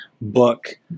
book